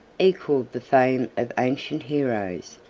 equalled the fame of ancient heroes,